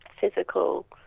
physical